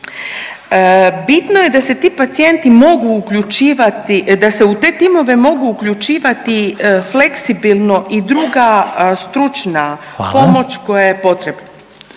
Bitno je da se ti pacijenti mogu uključivati, da se u te timove mogu uključivati fleksibilno i druga stručna pomoć…/Upadica